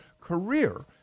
career